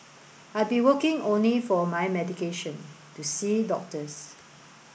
I'd be working only for my medication to see doctors